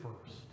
first